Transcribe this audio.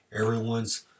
everyone's